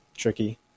tricky